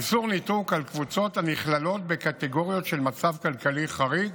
איסור ניתוק על קבוצות הנכללות בקטגוריות של מצב כלכלי חריג